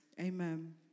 Amen